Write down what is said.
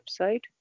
website